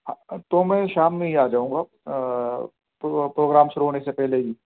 تو میں شام میں ہی آ جاؤں گا تو پروگرام شروع ہونے سے پہلے ہی